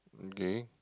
okay